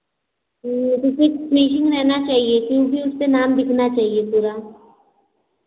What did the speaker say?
उसपर फिनिशिंग रहना चाहिए क्योंकि उसपे नाम दिखना चाहिए पूरा